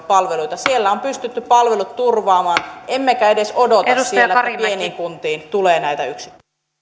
näitä palveluita siellä on pystytty palvelut turvaamaan emmekä edes odota siellä että pieniin kuntiin tulee näitä